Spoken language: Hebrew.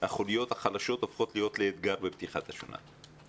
החוליות החלשות הופכות להיות לאתגר בפתיחת השנה?